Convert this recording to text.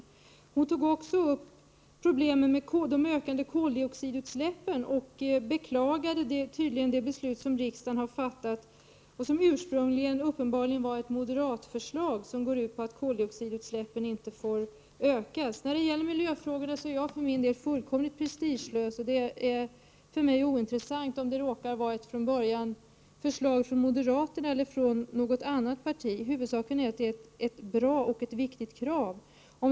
Margareta Winberg tog också upp problemet med de ökande koldioxidutsläppen. Hon beklagade tydligen det beslut som riksdagen har fattat och som uppenbarligen ursprungligen var ett moderat förslag. Enligt det förslaget får koldioxidutsläppen inte bli större. I miljöfrågorna är jag för min del fullkomligt prestigelös. För mig är det ointressant om ett förslag från början råkar härröra från moderaterna eller något annat parti. Huvudsaken är ju att det handlar om ett bra och viktigt krav.